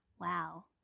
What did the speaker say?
Wow